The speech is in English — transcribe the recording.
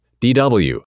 DW